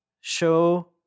show